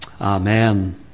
Amen